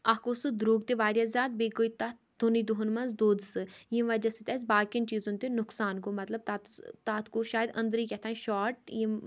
اَکھ اوس سُہ درٛوٚگ تہِ واریاہ زیادٕ بیٚیہِ گوٚو تَتھ دُنُے دۄہَن منٛز دۄد سُہ ییٚمہِ وجہ سۭتۍ اَسہِ باقٕیَن چیٖزَن تہِ نۄقصان گوٚو مطلب تَتھ تَتھ گوٚو شاید أنٛدرٕ کیٛاہ تانۍ شاٹ یِم